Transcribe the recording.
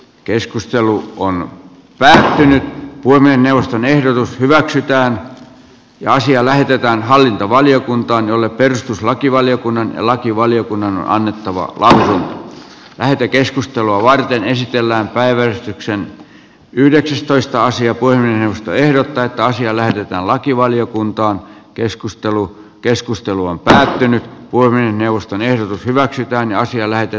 keskustelu on lähtenyt puiminen neuvoston ehdotus hyväksytään ja asia lähetetään hallintovaliokuntaan jolle perustuslakivaliokunnan lakivaliokunnan annettava lain lähetekeskustelua varten esitellään päivystyksen yhdeksästoista asia kuin ostoehdot täyttä asiaa lähdetään lakivaliokunta keskustelu keskustelu on lähtenyt voimme neuvoston ehdotus hyväksytään ja siellä ja